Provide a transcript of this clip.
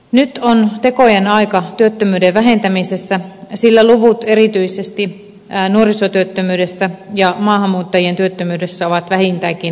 nyt on tekojen aika työttömyyden vähentämisessä sillä luvut erityisesti nuorisotyöttömyydessä ja maahanmuuttajien työttömyydessä ovat vähintäänkin huolestuttavat